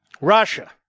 Russia